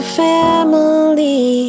family